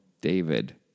David